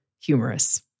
humorous